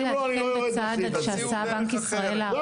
אם לא, אני לא יורד מהסעיף הזה.